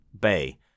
Bay